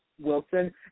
Wilson